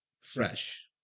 fresh